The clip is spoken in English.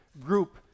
Group